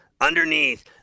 underneath